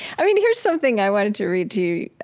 i mean, here's something i wanted to read to you.